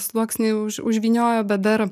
sluoksnį už užvyniojo bet dar